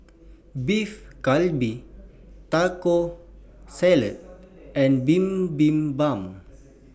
Beef Galbi Taco Salad and Bibimbap